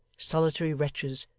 solitary wretches,